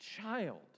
child